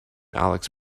alex